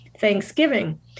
Thanksgiving